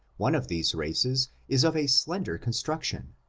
one of these races is of a slender construction,